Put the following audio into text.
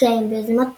התקיים ביוזמת פרופ'